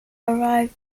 arrived